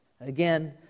Again